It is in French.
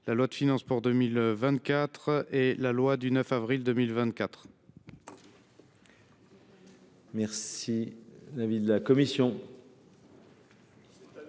la loi de finances pour 2024 et la loi du 9 avril 2024 visant